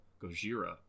Gojira